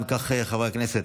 אם כך, חברי הכנסת,